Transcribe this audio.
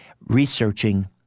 researching